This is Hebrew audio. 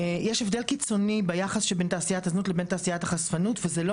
יש הבדל קיצוני ביחס שבין תעשיית הזנות לבין תעשיית החשפנות וזה לא